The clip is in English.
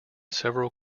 several